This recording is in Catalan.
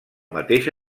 mateix